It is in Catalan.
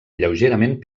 lleugerament